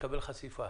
תקבל חשיפה,